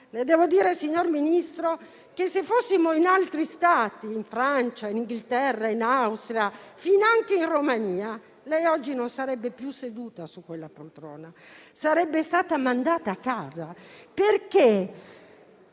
più possibile. Signor Ministro, se fossimo in altri Stati, in Francia, nel Regno Unito, in Austria, anche in Romania, lei oggi non sarebbe più seduta su quella poltrona; sarebbe stata mandata a casa, perché